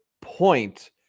point